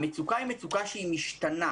המצוקה היא מצוקה שמשתנה.